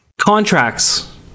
Contracts